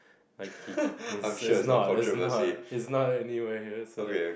like he he's not he's not he's not anywhere here so like